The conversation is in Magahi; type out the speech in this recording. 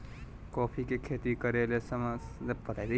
कॉफी के खेती करे ले समशितोष्ण जलवायु सबसे अच्छा मानल जा हई